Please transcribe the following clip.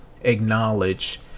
acknowledge